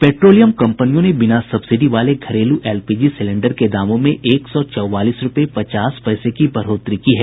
petroleum कंपनियों ने बिना सब्सिडी वाले घरेलू एलपीजी सिलेंडर के दामों में एक सौ चौवालीस रूपये पचास पैसे की बढ़ोतरी की है